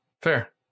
Fair